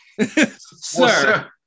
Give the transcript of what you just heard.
sir